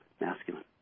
masculine